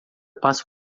passa